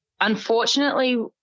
unfortunately